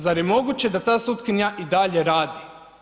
Zar je moguće da ta sutkinja i dalje radi?